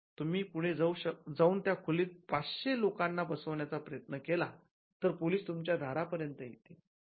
तुम्ही पुढे जाऊन त्या खोलीत ५०० लोकांना बसवण्याचा प्रयत्न केला तर पोलीस तुमच्या दारापर्यंत येतील